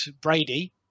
Brady